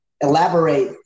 Elaborate